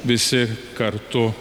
visi kartu